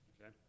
Okay